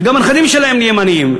וגם הנכדים שלהם נהיים עניים.